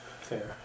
Fair